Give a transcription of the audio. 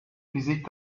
فیزیک